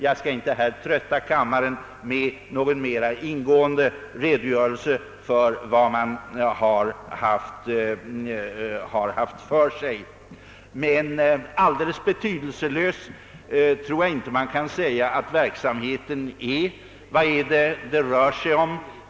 Jag skall inte trötta kammaren med någon mera ingående redovisning av verksamheten, men alldeles betydelselös tror jag inte att den är. Vad rör det sig om?